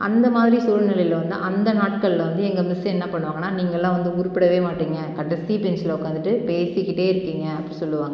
அந்தமாதிரி சூழ்நிலையில் வந்து அந்த நாட்களில் வந்து எங்கள் மிஸ் என்ன பண்ணுவாங்கன்னால் நீங்கெல்லாம் வந்து உருப்படவே மாட்டீங்க கடைசி பெஞ்ச்சில் உக்காந்துட்டு பேசிக்கிட்டே இருக்கீங்க அப்படி சொல்லுவாங்க